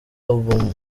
album